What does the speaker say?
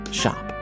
shop